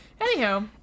Anyhow